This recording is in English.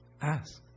Ask